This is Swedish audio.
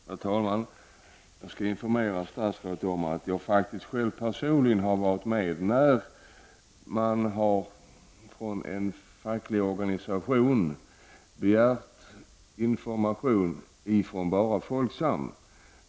Herr talman! Jag skall informera statsrådet Åsbrink om att jag faktiskt själv har varit med när man från en facklig organisation har begärt information från bara Folksam.